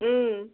उम